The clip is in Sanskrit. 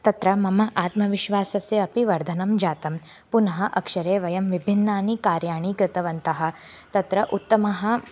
तत्र मम आत्मविश्वासस्य अपि वर्धनं जातं पुनः अक्षरे वयं विभिन्नानि कार्याणि कृतवन्तः तत्र उत्तमः